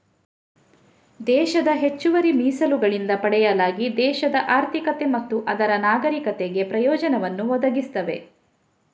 ದೇಶದ ಹೆಚ್ಚುವರಿ ಮೀಸಲುಗಳಿಂದ ಪಡೆಯಲಾಗಿ ದೇಶದ ಆರ್ಥಿಕತೆ ಮತ್ತು ಅದರ ನಾಗರೀಕರಿಗೆ ಪ್ರಯೋಜನವನ್ನು ಒದಗಿಸ್ತವೆ